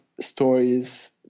stories